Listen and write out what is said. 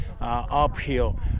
uphill